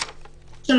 האנרגיה.